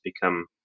become